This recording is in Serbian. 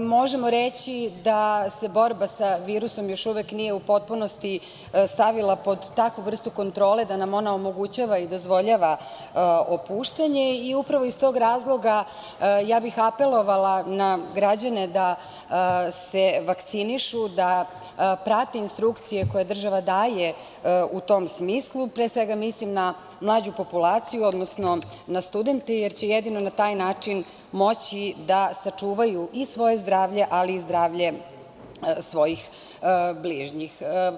Možemo reći da se borba sa virusom još uvek nije u potpunosti stavila pod takvu vrstu kontrole da nam ona omogućava i dozvoljava opuštanje i upravo iz tog razloga ja bih apelovala na građane da se vakcinišu, da prate instrukcije koje država daje u tom smislu, pre svega mislim na mlađu populaciju odnosno na studente, jer će jedino na taj način moći da sačuvaju i svoje zdravlje ali i zdravlje svojih bližnjih.